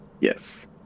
Yes